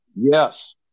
Yes